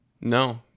No